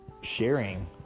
sharing